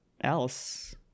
else